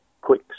quick